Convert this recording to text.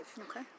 Okay